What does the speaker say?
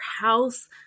house